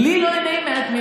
לי לא יהיה נעים ממך?